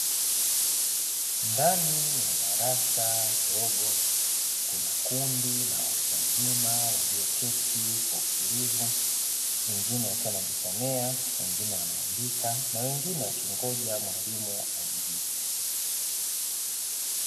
Ndani ya darasa dogo kuna kundi la watu wazima walioketi kwa utulivu wengine wakiwa wanajisomea, wengine wanaandika na wengine wakingoja mwalimu aingie.